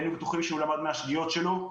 היינו בטוחים שהוא למד מהשגיאות שלו,